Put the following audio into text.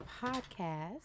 podcast